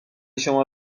شما